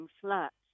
flats